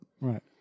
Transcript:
Right